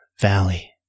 valley